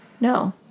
No